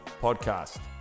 podcast